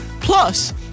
Plus